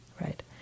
right